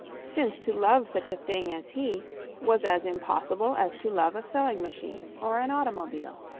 since to love such a thing as he was as impossible as to love a sewing-machine or an automobile.